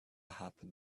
happen